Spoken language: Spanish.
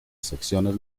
secciones